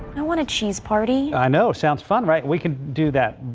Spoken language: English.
i want to cheese party, i know sounds fun right we can do that.